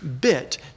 bit